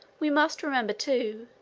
we must remember, too,